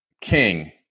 king